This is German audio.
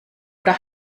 oder